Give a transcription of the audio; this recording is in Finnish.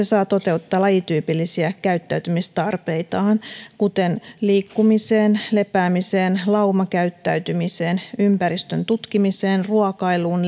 saa toteuttaa lajityypillisiä käyttäytymistarpeitaan kuten liikkumiseen lepäämiseen laumakäyttäytymiseen ympäristön tutkimiseen ruokailuun